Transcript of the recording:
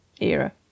era